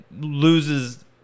loses